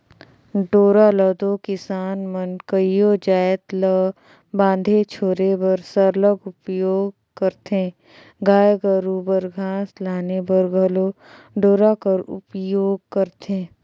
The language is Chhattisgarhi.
डोरा ल दो किसान मन कइयो जाएत ल बांधे छोरे बर सरलग उपियोग करथे गाय गरू बर घास लाने बर घलो डोरा कर उपियोग करथे